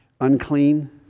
unclean